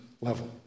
level